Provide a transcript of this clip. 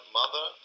mother